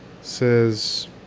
Says